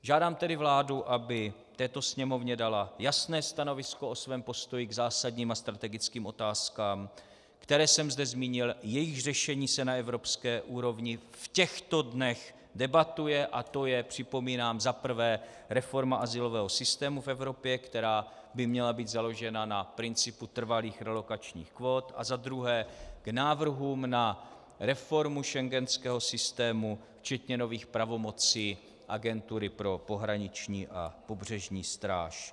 Žádám tedy vládu, aby této Sněmovně dala jasné stanovisko o svém postoji k zásadním a strategickým otázkám, které jsem zde zmínil, jejichž řešení se na evropské úrovni v těchto dnech debatuje, a to je, připomínám, za prvé reforma azylového systému v Evropě, která by měla být založena na principu trvalých relokačních kvót, a za druhé, k návrhům na reformu schengenského systému včetně nových pravomocí Agentury pro pohraniční a pobřežní stráž.